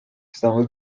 estamos